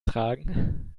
tragen